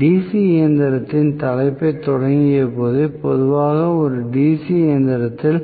DC இயந்திரத்தின் தலைப்பைத் தொடங்கியபோது பொதுவாக ஒரு DC இயந்திரத்தில்